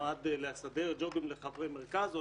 שנועד לסדר ג'ובים לחברי מרכז או